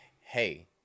hey